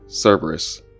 Cerberus